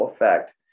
effect